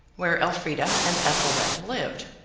where elfrida and ethelred lived.